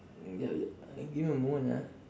kejap kejap give me a moment ah